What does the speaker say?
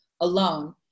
alone